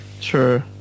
True